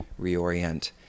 reorient